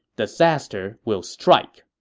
disaster will strike!